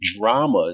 dramas